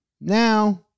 Now